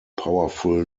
powerful